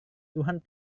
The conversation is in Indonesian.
tuhan